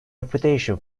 reputation